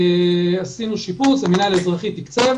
עשינו שיפוץ, המנהל האזרחי תקציב